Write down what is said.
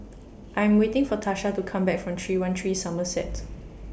I Am waiting For Tasha to Come Back from three one three Somerset